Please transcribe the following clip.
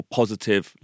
positive